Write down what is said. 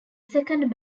second